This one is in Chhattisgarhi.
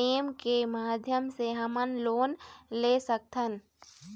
नेम के माध्यम से हमन लोन ले सकथन?